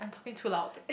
I'm talking too loud